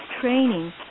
training